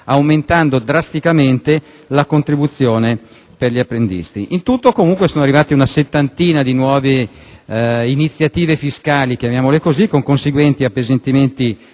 aumentando drasticamente la contribuzione per gli apprendisti. In tutto è arrivata una settantina di nuove iniziative fiscali con conseguenti appesantimenti